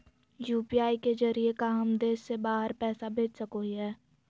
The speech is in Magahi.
यू.पी.आई के जरिए का हम देश से बाहर पैसा भेज सको हियय?